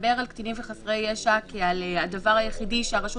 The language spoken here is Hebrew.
לדבר על קטינים וחסרי ישע כעל הדבר היחידי שהרשות